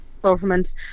government